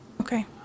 Okay